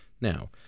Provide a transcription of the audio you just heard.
Now